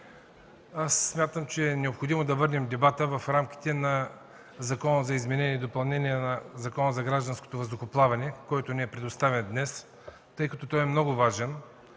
аз смятам, че е необходимо да върнем дебата в рамките на Законопроекта за изменение и допълнение на Закона за гражданското въздухоплаване, който ни е предоставен днес, тъй като е много важен.